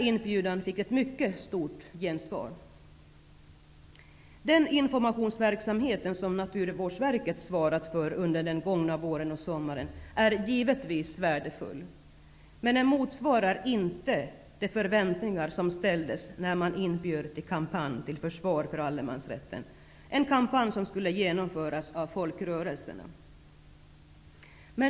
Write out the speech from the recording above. Inbjudan fick ett mycket stort gensvar. Naturvårdsverket svarat för under den gångna våren och sommaren är givetvis värdefull, men den motsvarar inte de förväntningar som ställdes när man inbjöd till en kampanj till försvar för allemansrätten, en kampanj som skulle genomföras av folkrörelserna.